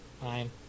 fine